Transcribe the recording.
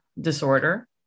disorder